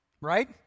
Right